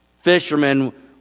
fishermen